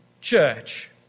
church